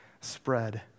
spread